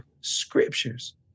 scriptures